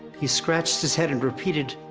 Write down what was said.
he scratched his head, and repeated,